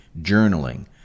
journaling